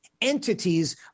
entities